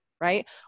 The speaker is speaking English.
right